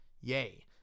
Yay